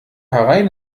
herein